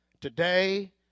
today